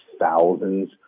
thousands